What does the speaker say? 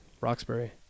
Roxbury